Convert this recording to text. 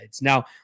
Now